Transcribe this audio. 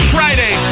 Friday